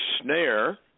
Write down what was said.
snare